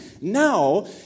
now